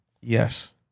Yes